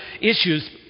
issues